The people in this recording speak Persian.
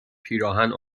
پیراهن